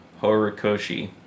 Horikoshi